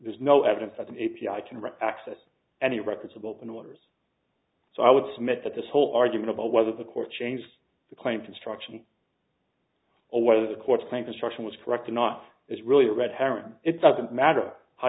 there's no evidence that the a p i can read access any reputable than waters so i would submit that this whole argument about whether the court changed the claim construction or whether the court's claim construction was correct or not is really a red herring it doesn't matter how